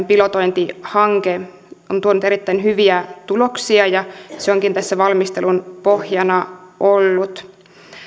pilotointihanke on tuonut erittäin hyviä tuloksia ja se onkin tässä valmistelun pohjana ollut